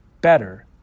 Better